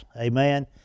Amen